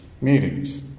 meetings